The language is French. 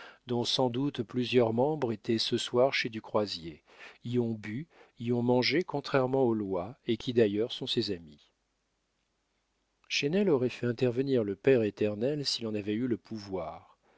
dont sans doute plusieurs membres étaient ce soir chez du croisier y ont bu y ont mangé contrairement aux lois et qui d'ailleurs sont ses amis chesnel aurait fait intervenir le père éternel s'il en avait eu le pouvoir